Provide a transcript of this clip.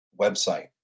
website